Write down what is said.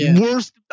Worst